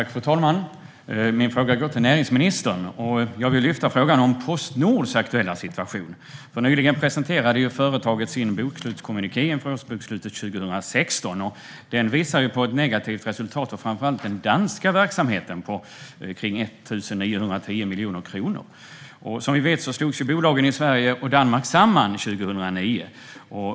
Fru talman! Min fråga går till näringsministern. Jag vill lyfta fram frågan om Postnords aktuella situation. Nyligen presenterade ju företaget sin bokslutskommuniké inför årsbokslutet för 2016. Den visar på ett negativt resultat för framför allt den danska verksamheten på omkring 1 910 miljoner kronor. Som vi vet slogs bolagen i Sverige och Danmark samman 2009.